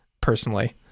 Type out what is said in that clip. personally